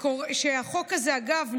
אגב,